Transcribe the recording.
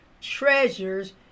treasures